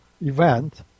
event